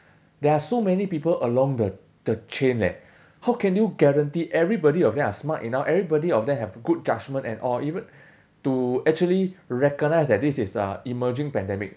there are so many people along the the chain leh how can you guarantee everybody of them are smart enough everybody of them have good judgement and all even to actually recognise that this uh emerging pandemic